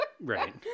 Right